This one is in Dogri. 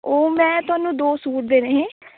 ओह् में तुआनूं दौ सूट देने हे